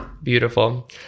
Beautiful